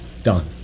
done